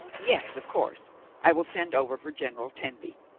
yes, of course i will send over for general tenby.